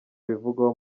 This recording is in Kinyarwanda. abivugaho